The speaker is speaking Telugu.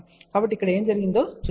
కాబట్టి ఇక్కడ ఏమి జరిగిందో చూద్దాం